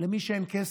למי שאין כסף.